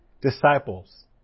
disciples